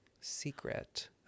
secret